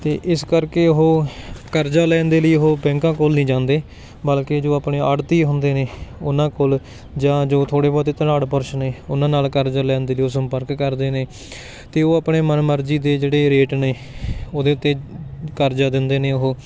ਅਤੇ ਇਸ ਕਰਕੇ ਉਹ ਕਰਜ਼ਾ ਲੈਣ ਦੇ ਲਈ ਉਹ ਬੈਂਕਾਂ ਕੋਲ ਨਹੀਂ ਜਾਂਦੇ ਬਲਕਿ ਜੋ ਆਪਣੇ ਆੜਤੀਏ ਹੁੰਦੇ ਨੇ ਉਹਨਾਂ ਕੋਲ ਜਾਂ ਜੋ ਥੋੜ੍ਹੇ ਬਹੁਤੇ ਧਨਾੜਪੁਰਸ਼ ਨੇ ਉਹਨਾਂ ਕੋਲ ਕਰਜ਼ਾ ਲੈਣ ਦੇ ਲਈ ਉਹ ਸੰਪਰਕ ਕਰਦੇ ਨੇ ਅਤੇ ਉਹ ਆਪਣੇ ਮਨ ਮਰਜ਼ੀ ਦੇ ਜਿਹੜੇ ਰੇਟ ਨੇ ਉਹਦੇ 'ਤੇ ਕਰਜ਼ਾ ਦਿੰਦੇ ਨੇ ਉਹ